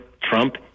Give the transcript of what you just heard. Trump